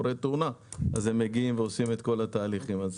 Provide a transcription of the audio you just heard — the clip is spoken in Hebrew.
כשקורית תאונה, הם מגיעים ועושים את כל התהליכים.